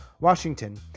Washington